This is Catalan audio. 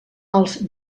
als